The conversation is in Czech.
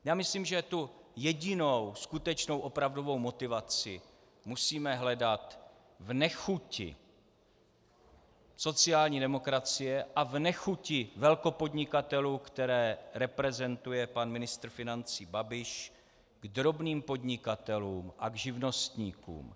Já myslím, že jedinou skutečnou opravdovou motivaci musíme hledat v nechuti sociální demokracie a v nechuti velkopodnikatelů, které reprezentuje pan ministr financí Babiš, k drobným podnikatelům a živnostníkům.